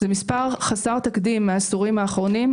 זה מספר חסר תקדים מהעשורים האחרונים.